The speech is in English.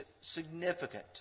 significant